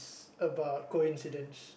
about coincidence